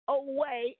away